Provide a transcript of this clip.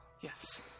Yes